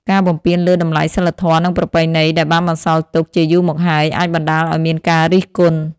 ការបំពានលើតម្លៃសីលធម៌និងប្រពៃណីដែលបានបន្សល់ទុកជាយូរមកហើយ អាចបណ្តាលឲ្យមានការរិះគន់។